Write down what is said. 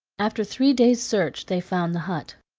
after three days' search, they found the hut.